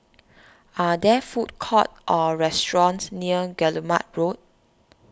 are there food courts or restaurants near Guillemard Road